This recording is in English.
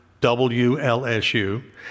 WLSU